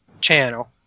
channel